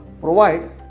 provide